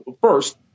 first